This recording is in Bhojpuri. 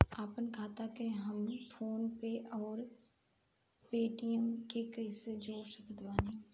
आपनखाता के हम फोनपे आउर पेटीएम से कैसे जोड़ सकत बानी?